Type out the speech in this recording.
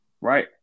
Right